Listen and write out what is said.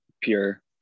pure